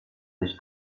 nicht